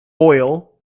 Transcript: oil